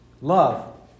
love